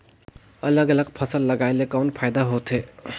अलग अलग फसल लगाय ले कौन फायदा होथे?